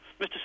Mr